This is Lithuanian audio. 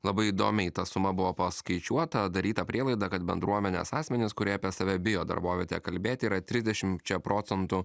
labai įdomiai ta suma buvo paskaičiuota daryta prielaida kad bendruomenės asmenys kurie apie save bijo darbovietėje kalbėti yra trisdešimčia procentų